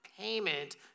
payment